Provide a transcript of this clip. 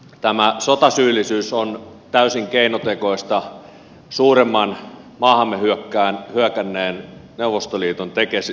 tämä sotasyyllisyys on täysin keinotekoista suuremman maahamme hyökänneen neuvostoliiton tekosia